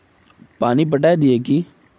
पानी पटाय दिये की?